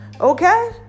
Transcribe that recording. Okay